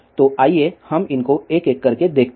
तो आइए हम इनको एक एक करके देखते हैं